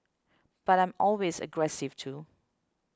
but I'm always aggressive too